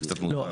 לא,